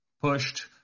pushed